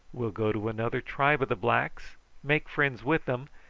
we'll go to another tribe of the blacks make friends with them,